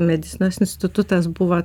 medicinos institutas buvo